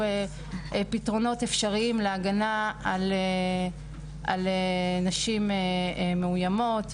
פתרונות אפשריים להגנה על נשים מאוימות.